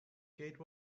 gate